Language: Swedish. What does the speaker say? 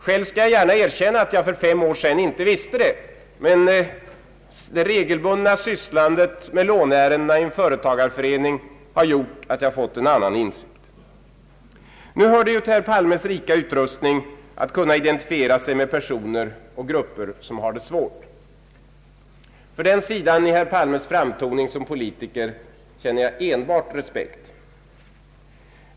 Själv skall jag gärna erkänna att jag för fem år sedan inte visste det, men det regelbundna sysslandet med låneärendena i en företagarförening har gjort att jag fått en annan inställning. Det hör ju till herr Palmes rika utrustning att kunna identifiera sig med personer och grupper som har det svårt. För den sidan i herr Palmes framtoning som politiker känner jag enbart respekt.